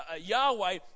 Yahweh